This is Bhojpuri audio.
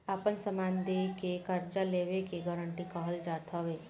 आपन समान दे के कर्जा लेवे के गारंटी कहल जात हवे